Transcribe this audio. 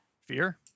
Fear